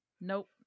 nope